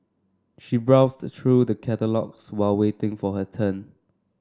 she browsed through the catalogues while waiting for her turn